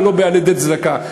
ולא על-ידי צדקה.